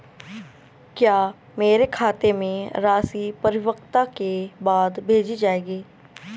क्या मेरे खाते में राशि परिपक्वता के बाद भेजी जाएगी?